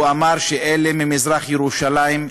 אמר שאלה ממזרח-ירושלים,